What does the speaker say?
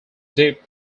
deep